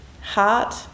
heart